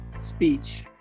speech